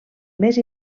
més